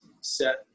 set